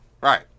Right